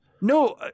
No